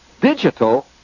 digital